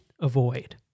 avoid